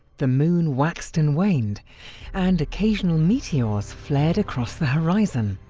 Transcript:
the moon waxed and waned and occasional meteors flared across the horizon.